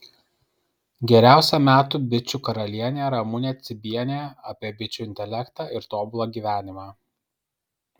geriausia metų bičių karalienė ramunė cibienė apie bičių intelektą ir tobulą gyvenimą